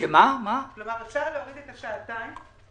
אפשר להוריד את השעתיים,